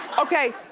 okay,